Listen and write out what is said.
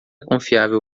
confiável